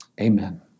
Amen